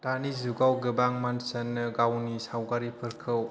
दानि जुगाव गोबां मानसियानो गावनि सावगारिफोरखौ